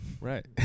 right